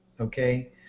okay